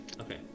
Okay